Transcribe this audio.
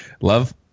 love